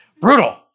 Brutal